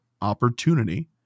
opportunity